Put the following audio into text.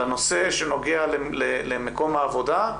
על הנושא שנוגע למקום העבודה,